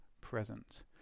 present